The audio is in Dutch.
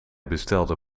bestelde